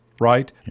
right